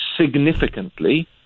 significantly